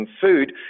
food